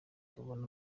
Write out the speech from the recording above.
tubone